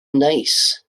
neis